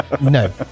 No